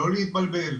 לא להתבלבל.